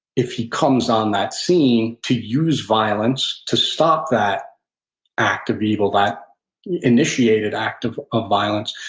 if he comes on that scene, to use violence to stop that act of evil, that initiated act of of violence.